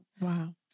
Wow